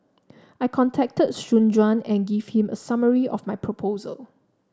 I contacted Soon Juan and gave him a summary of my proposal